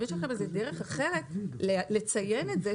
האם יש לכם דרך אחרת לציין את זה,